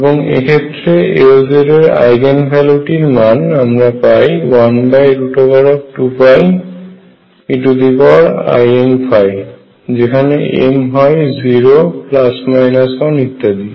এবং এক্ষেত্রে Lz এর আইগেন ভ্যালুটির মান আমরা পাই 12eimϕ যেখানে m হয় 0 1 ইত্যাদি